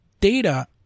data